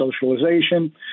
socialization